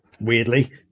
weirdly